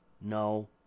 no